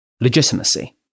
legitimacy